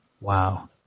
Wow